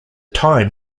time